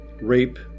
Rape